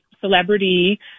celebrity